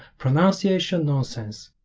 pronunciation nonsense